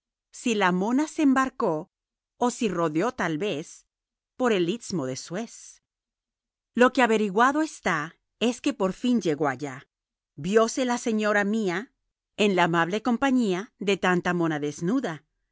si la mona se embarcó o si rodeó tal vez por el istmo de suez lo que averiguado está es que por fin llegó allá vióse la señora mía en la amable compañía de tanta mona desnuda